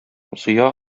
зыя